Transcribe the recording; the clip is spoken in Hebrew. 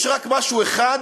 יש רק משהו אחד